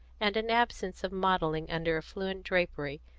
and an absence of modelling under affluent drapery,